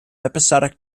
episodic